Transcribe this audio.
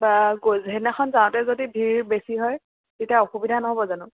সেইদিনাখন যাওঁতে যদি ভিৰ বেছি হয় তেতিয়া অসুবিধা নহ'ব জানো